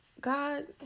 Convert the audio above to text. God